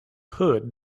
hood